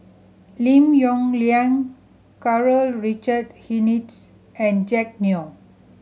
Lim Yong Liang Karl Richard Hanitsch and Jack Neo